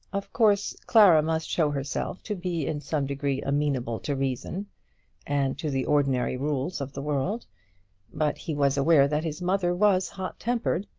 of course clara must show herself to be in some degree amenable to reason and to the ordinary rules of the world but he was aware that his mother was hot-tempered,